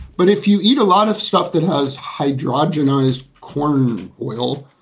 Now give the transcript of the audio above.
but if you eat a lot of stuff that has hydrogenated corn oil,